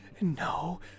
no